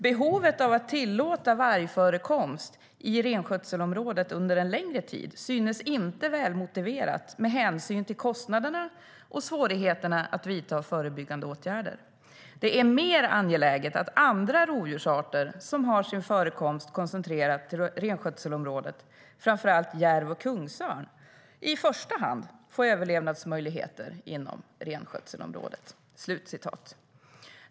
Behovet av att tillåta vargförekomst i renskötselområdet under en längre tid synes inte välmotiverat med hänsyn till kostnaderna och svårigheterna att vidta förebyggande åtgärder. Det är mer angeläget att andra rovdjursarter som har sin förekomst koncentrerad till renskötselområdet, framför allt järv och kungsörn, i första hand får överlevnadsmöjligheter i renskötselområdet."